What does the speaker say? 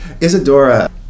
Isadora